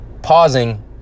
pausing